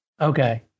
Okay